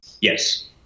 Yes